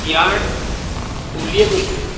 ইয়াৰ অলিয়ে গলিয়ে